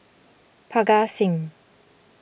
Parga Singh